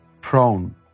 prone